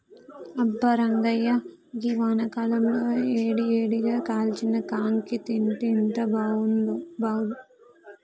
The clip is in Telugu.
అబ్బా రంగాయ్య గీ వానాకాలంలో ఏడి ఏడిగా కాల్చిన కాంకి తింటే ఎంత బాగుంతుందో